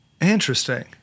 Interesting